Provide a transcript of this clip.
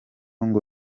ngo